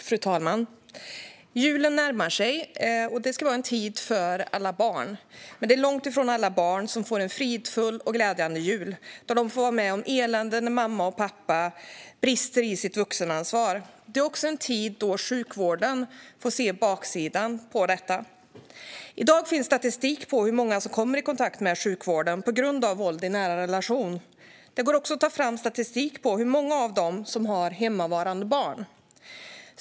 Fru talman! Julen närmar sig. Det ska vara en tid för alla barn. Men det är långt ifrån alla barn som får en fridfull och glädjande jul. Vissa barn får vara med om elände när mamma och pappa brister i sitt vuxenansvar. Det är också en tid då sjukvården får se baksidan av detta. I dag finns statistik på hur många som kommer i kontakt med sjukvården på grund av våld i nära relation. Det går också att ta fram statistik på hur många av dem som har hemmavarande barn.